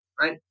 right